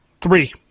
three